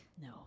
No